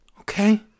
Okay